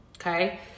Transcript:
Okay